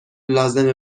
لازمه